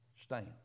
Stand